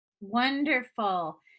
Wonderful